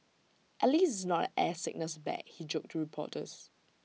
at least it's not an air sickness bag he joked to reporters